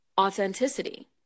authenticity